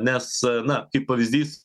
nes na kaip pavyzdys